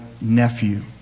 nephew